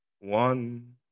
One